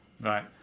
right